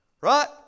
Right